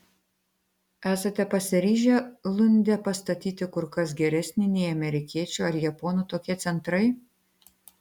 esate pasiryžę lunde pastatyti kur kas geresnį nei amerikiečių ar japonų tokie centrai